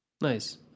nice